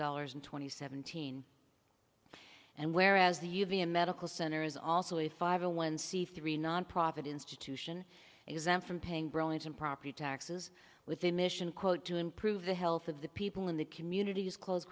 dollars and twenty seventeen and whereas the u v a medical center is also a five a one c three nonprofit institution exempt from paying burlington property taxes with a mission quote to improve the health of the people in the community is close